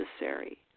necessary